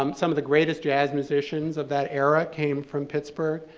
um some of the greatest jazz musicians of that era came from pittsburgh,